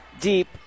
deep